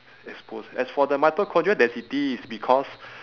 exposed as for the mitochondrial density it's because